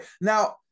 now